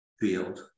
field